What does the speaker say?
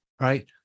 right